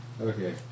Okay